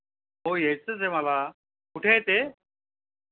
हो यायचंच आहे मला कुठे आहे ते